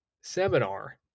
seminar